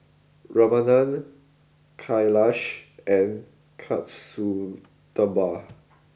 Ramanand Kailash and Kasturba